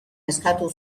eskatu